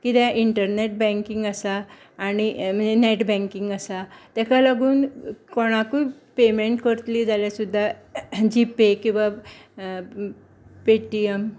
कित्याक internet banking आसा आनी नेट बँकिंग आसा ताका लागून कोणाकूय पेमेंट करतलीं जाल्यार सुद्दां जीपे किंवा पेटिएम